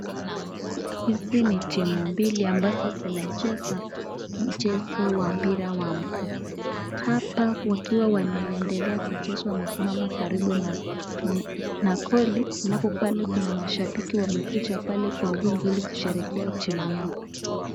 Hizi ni timu mbili ambazo zina cheza mchezo wa mpira wa mguu hapa wakiwa wakiendelea kucheza wamesimama karibu na goli alafu pale kuna mashabiki wamekuja pale kwa wingi ili kusherehekea timu yao.